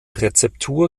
rezeptur